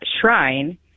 shrine